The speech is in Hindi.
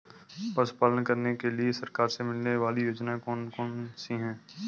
पशु पालन करने के लिए सरकार से मिलने वाली योजनाएँ कौन कौन सी हैं?